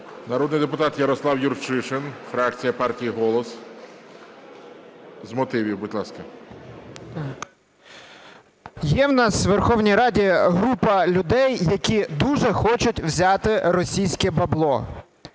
Народний депутат Ярослав Юрчишин, фракція партії "Голос". З мотивів, будь ласка. 11:02:15 ЮРЧИШИН Я.Р. Є в нас у Верховній Раді група людей, які дуже хочуть взяти російське бабло,